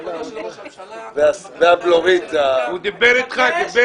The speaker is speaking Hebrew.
לכבודו של ראש הממשלה ולבקשתה של רבקה --- הוא דיבר אתך?